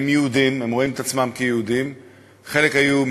התרגשתי ואני מתרגש לשמוע את הנאומים של חברי וחברותי.